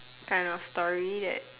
kind of story that